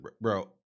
bro